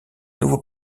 nouveau